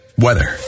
weather